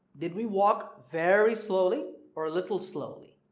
did we walk very slowly or a little slowly?